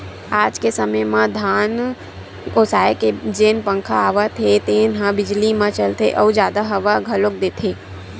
आज के समे म धान ओसाए के जेन पंखा आवत हे तेन ह बिजली म चलथे अउ जादा हवा घलोक देथे